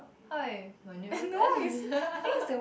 hi my name is Adeline